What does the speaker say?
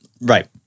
Right